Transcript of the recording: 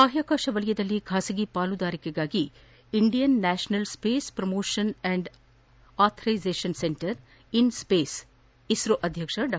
ಬಾಹ್ಯಾಕಾಶ ವಲಯದಲ್ಲಿ ಬಾಸಗಿ ಪಾಲುದಾರಿಕೆಗಾಗಿ ಇಂಡಿಯನ್ ನ್ವಾಷನಲ್ ಸ್ವೇಸ್ promotion and authorisation centre INSPACe ಇಸೋ ಅಧ್ಯಕ್ಷ ಡಾ